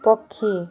ପକ୍ଷୀ